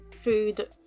food